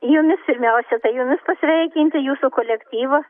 jumis pirmiausia tai jumis pasveikinti jūsų kolektyvą